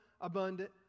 abundant